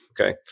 Okay